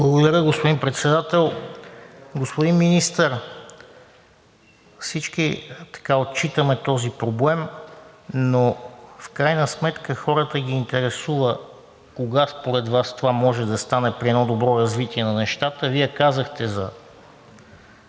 Благодаря, господин Председател. Господин Министър, всички отчитаме този проблем, но в крайна сметка хората ги интересува кога според Вас това може да стане при едно добро развитие на нещата. Вие казахте за